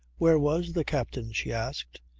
where was the captain? she asked.